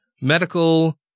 medical